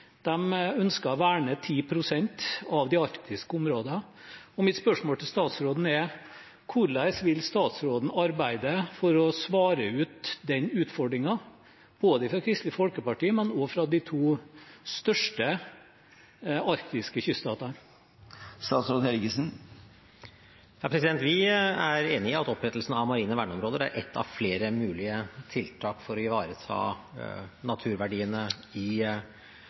ønsker å verne 10 pst. av de arktiske områdene. Mitt spørsmål til statsråden er: Hvordan vil statsråden arbeide for å svare på den utfordringen, både fra Kristelig Folkeparti og de to største arktiske kyststatene? Vi er enig i at opprettelsen av marine verneområder er ett av flere mulige tiltak for å ivareta naturverdiene i